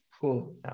cool